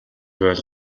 байвал